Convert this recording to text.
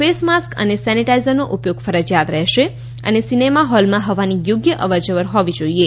face mask અને સેનિટાઇઝરનો ઉપયોગ ફરજીયાત રહેશે અને સિનેમા હોલમાં હવાની યોગ્ય અવરજવર હોવી જોઇએ